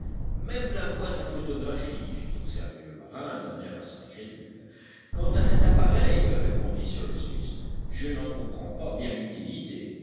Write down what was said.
même la boîte à photographie fit observer le marin d'un air assez incrédule quant à cet appareil répondit cyrus smith je n'en comprends pas bien l'utilité